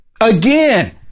Again